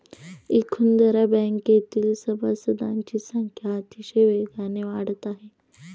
इखुदरा बँकेतील सभासदांची संख्या अतिशय वेगाने वाढत आहे